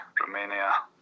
Romania